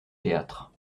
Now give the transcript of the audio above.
théâtre